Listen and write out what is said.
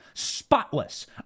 Spotless